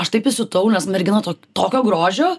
aš taip įsiutau nes mergina to tokio grožio